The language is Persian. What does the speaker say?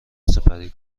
سپری